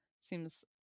seems